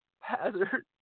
hazard